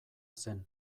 zen